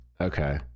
Okay